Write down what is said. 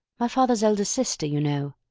my father's elder sister, you know.